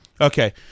Okay